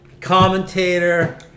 Commentator